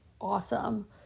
awesome